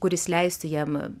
kuris leistų jam